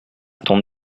ton